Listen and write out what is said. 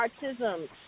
autism